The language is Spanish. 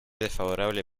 desfavorable